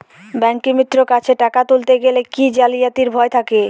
ব্যাঙ্কিমিত্র কাছে টাকা তুলতে গেলে কি জালিয়াতির ভয় থাকে?